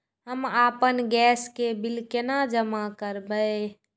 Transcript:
हम आपन गैस के बिल केना जमा करबे?